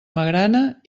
magrana